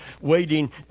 waiting